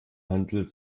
handel